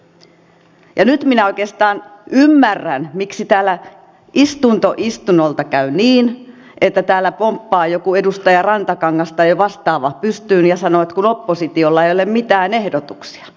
ja nyt minä oikeastaan ymmärrän miksi täällä istunto istunnolta käy niin että täällä pomppaa joku edustaja rantakangas tai vastaava pystyyn ja sanoo että oppositiolla ei ole mitään ehdotuksia